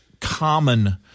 common